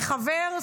וחבר,